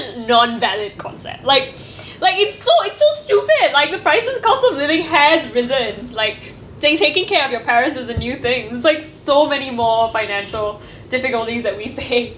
not valid concept like like it's so it's so stupid like the prices cost of living has risen like t~ taking care of your parents is a new thing there's like so many more financial difficulties that we face